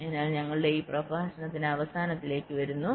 അതിനാൽ ഞങ്ങൾ ഈ പ്രഭാഷണത്തിന്റെ അവസാനത്തിലേക്ക് വരുന്നു